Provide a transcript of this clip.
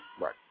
right